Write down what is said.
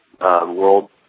world